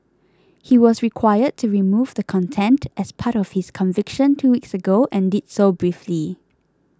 he was required to remove the content as part of his conviction two weeks ago and did so briefly